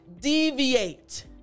deviate